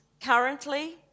currently